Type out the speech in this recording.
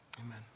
Amen